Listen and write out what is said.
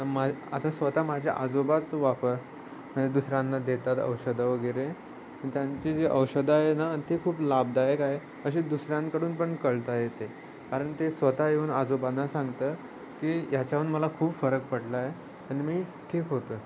मा आता स्वतः माझ्या आजोबाच वापर दुसऱ्यांना देतात औषधं वगैरे त्यांची जी औषध आहे ना ते खूप लाभदायक आहे असे दुसऱ्यांकडून पण कळता येते कारण ते स्वतः येऊन आजोबांना सांगतं की याच्यावरून मला खूप फरक पडला आहे आणि मी ठीक होतो आहे